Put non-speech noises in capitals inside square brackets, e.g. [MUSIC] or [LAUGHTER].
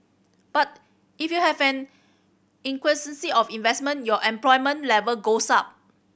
but if you have an [UNINTELLIGIBLE] of investment your unemployment level goes up